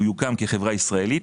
יוקם כחברה ישראלית,